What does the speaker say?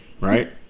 right